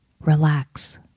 relax